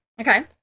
Okay